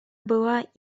была